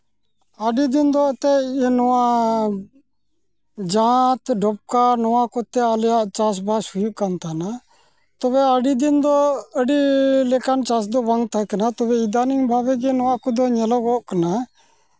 ᱟᱹᱰᱤ ᱫᱤᱱ ᱫᱚ ᱮᱱᱛᱮᱫ ᱱᱚᱣᱟ ᱡᱟᱛ ᱰᱚᱠᱽᱠᱟ ᱱᱚᱣᱟ ᱠᱚᱛᱮ ᱟᱞᱮᱭᱟᱜ ᱪᱟᱥᱼᱵᱟᱥ ᱦᱩᱭᱩᱜ ᱠᱟᱱ ᱛᱟᱦᱮᱱᱟ ᱛᱚᱵᱮ ᱟᱹᱰᱤ ᱫᱤᱱ ᱫᱚ ᱟᱹᱰᱤ ᱞᱮᱠᱟᱱ ᱪᱟᱥ ᱫᱚ ᱵᱟᱝ ᱛᱟᱦᱮᱸ ᱠᱟᱱᱟ ᱛᱚᱵᱮ ᱤᱫᱟᱱᱤᱝ ᱵᱷᱟᱵᱮ ᱜᱮ ᱱᱚᱣᱟ ᱠᱚᱫᱚ ᱧᱮᱞᱚᱜᱚᱜ ᱠᱟᱱᱟ